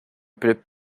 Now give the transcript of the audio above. plait